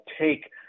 take